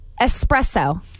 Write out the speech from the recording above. espresso